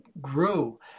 grew